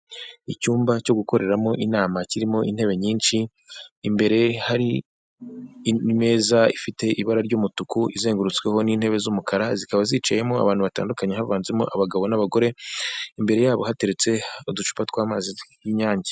Icyumba cyo gukoreramo inama kirimo intebe nyinshi imbere hari imeza ifite ibara ry'umutuku izengurutsweho n'intebe z'umukara zikaba zicayemo abantu batandukanye havanzemo abagabo n'abagore imbere yabo hateretse uducupa tw'amazi y'inyange.